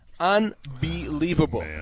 unbelievable